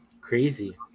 crazy